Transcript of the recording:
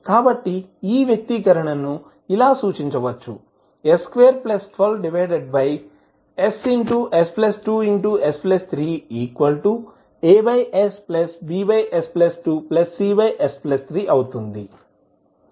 కాబట్టి ఈ వ్యక్తీకరణను ఇలా సూచించవచ్చు s212ss2S3AsBs2Cs3అవుతుంది